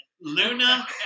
Luna